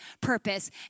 purpose